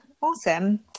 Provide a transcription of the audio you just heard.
Awesome